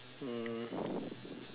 um